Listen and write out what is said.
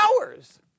hours